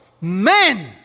men